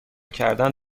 کردن